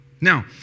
Now